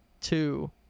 two